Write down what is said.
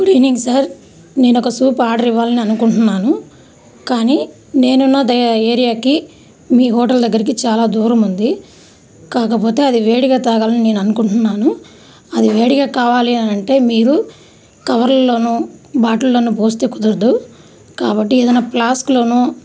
good evening sir నేను ఒక soup order ఇవ్వాలని అనుకుంటున్నాను కానీ నేను ఉన్న ఏరియాకి మీ హోటల్ దగ్గరికి చాలా దూరం ఉంది కాకపోతే అది వేడిగా తాగాలని నేను అనుకుంటున్నాను అది వేడిగా కావాలి అని అంటే మీరు కవర్లలోనూ బాటిల్లోనూ పోస్తే కుదరదు కాబట్టి ఏదైనా ప్లాస్క్లోనో